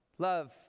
Love